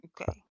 Okay